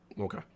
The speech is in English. okay